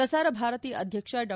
ಪ್ರಸಾರ ಭಾರತಿ ಅಧ್ಯಕ್ಷ ಡಾ